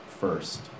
first